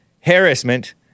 harassment